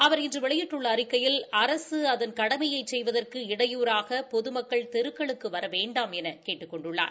அவர் இன்று வெளியிட்டுள்ள அறிக்கையில் அரசு அதன் கடமையை செய்வதற்கு இடையூறாக பொதுமக்கள் தெருக்களுக்கு வரவேண்டாம் என கேட்டுக் கொண்டுள்ளார்